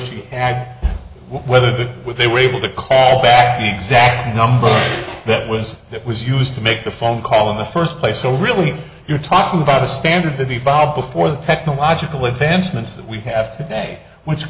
she had whether that with they were able to call back the exact number that was it was used to make a phone call in the first place so really you're talking about a standard to be filed before the technological advancements that we have today which